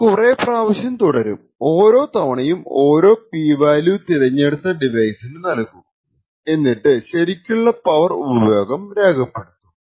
ഇത് കുറെ പ്രാവശ്യം തുടരും ഓരോ തവണയും ഓരോ P വാല്യൂ തിരഞ്ഞെടുത്ത ഡിവൈസിനു നൽകും എന്നിട്ട് ശരിക്കുള്ള പവർ ഉപഭോഗം രേഖപ്പെടുത്തും